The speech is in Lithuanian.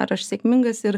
ar aš sėkmingas ir